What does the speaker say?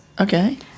Okay